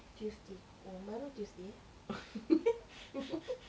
tuesday oh baru tuesday eh